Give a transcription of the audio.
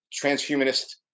transhumanist